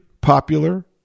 popular